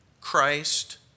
Christ